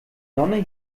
nonne